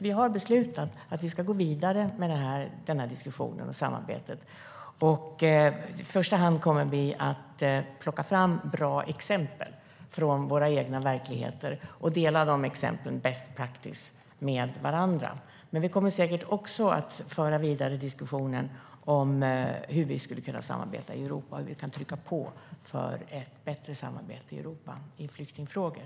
Vi har beslutat att gå vidare med diskussionen och samarbetet. I första hand kommer vi att plocka fram bra exempel från våra egna verkligheter och dela de exemplen, best practice, med varandra. Vi kommer säkert också att föra vidare diskussionen om hur vi skulle kunna samarbeta i Europa och hur vi kan trycka på för ett bättre samarbete i Europa i flyktingfrågor.